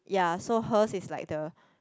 ya so her's is like the